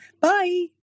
bye